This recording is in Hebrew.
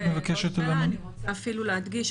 אני רוצה להדגיש.